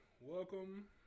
welcome